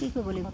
কি কৰিব লাগিব